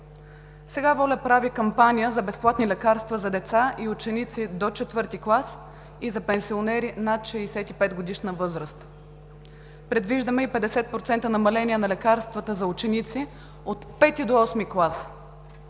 Сега ВОЛЯ прави кампания за безплатни лекарства за деца и ученици до четвърти клас и за пенсионери над 65-годишна възраст. Предвиждаме и 50% намаление на лекарствата за ученици от пети до осми клас.